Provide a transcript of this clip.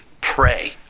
pray